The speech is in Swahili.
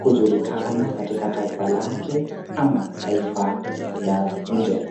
kujulikana katika taifa lake ama taifa la nje.